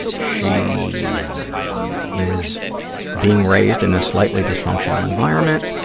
she is being raised in a slightly dysfunctional environment.